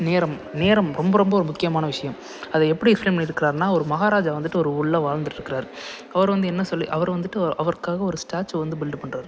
நேரம் நேரம் ரொம்ப ரொம்ப ஒரு முக்கியமான விஷயம் அதை எப்படி எக்ஸ்பிளைன் பண்ணியிருக்காருனா ஒரு மகாராஜா வந்துவிட்டு ஒரு ஊரில் வாழ்ந்துகிட்ருக்கறாரு அவர் வந்து என்ன சொல்லி அவர் வந்துவிட்டு அவருக்காக ஒரு ஸ்டேச்சு வந்து பில்ட்அப் பண்ணுறாரு